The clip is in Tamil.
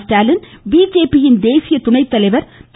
ஸ்டாலின் பிஜேபியின் தேசிய துணை தலைவர் திரு